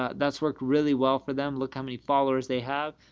ah that's worked really well for them. look how many followers they have.